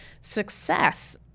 success